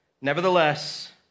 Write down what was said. nevertheless